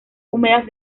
húmedas